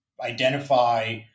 identify